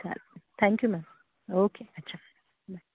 चालेल thank you ma'am okay अच्छा bye